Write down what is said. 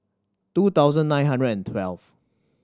two thousand nine hundred and twelve